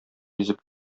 йөзеп